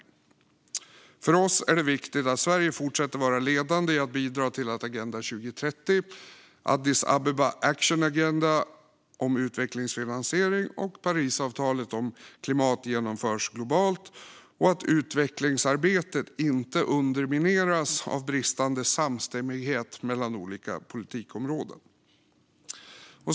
För oss socialdemokrater är det viktigt att Sverige fortsätter att vara ledande i att bidra till att Agenda 2030, Addis Abeba Action Agenda om utvecklingsfinansiering och Parisavtalet om klimat genomförs globalt och att utvecklingsarbetet inte undermineras av bristande samstämmighet mellan olika politikområden.